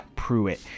Pruitt